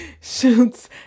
shoots